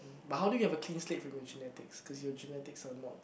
but how do you have clean slate from your genetics cause your genetics are not